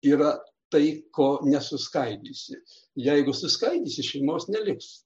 yra tai ko nesuskaidysi jeigu suskaldysi šeimos neliks